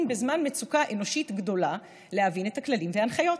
בזמן מצוקה אנושית גדולה להבין את הכללים וההנחיות.